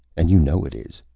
and you know it is.